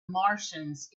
martians